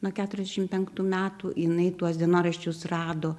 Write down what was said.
nuo keturiasdešim penktų metų jinai tuos dienoraščius rado